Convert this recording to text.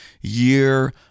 year